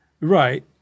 Right